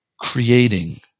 creating